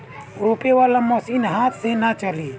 रोपे वाला मशीन हाथ से ना चली